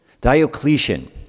Diocletian